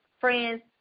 friends